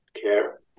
care